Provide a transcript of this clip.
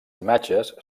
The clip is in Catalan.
imatges